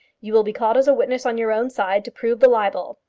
you will be called as a witness on your own side to prove the libel.